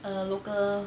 a local